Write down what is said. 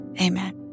Amen